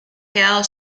quedado